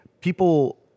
people